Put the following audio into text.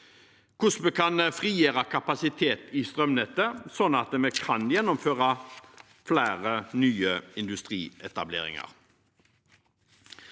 vi kan frigjøre kapasitet i strømnettet, sånn at vi kan gjennomføre flere nye industrietableringer.